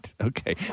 okay